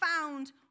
found